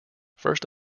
first